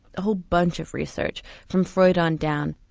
a whole bunch of research from freud on down.